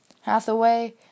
Hathaway